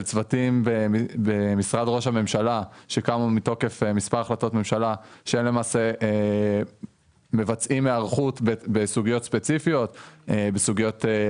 צוותים במשרד ראש הממשלה שמבצעים היערכות בסוגיות ביטוח,